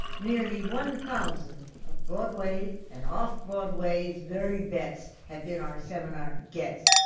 nearly one thousand of broadway's and off-broadway's very best have been our seminar guests,